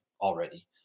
already